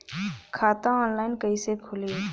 खाता ऑनलाइन कइसे खुली?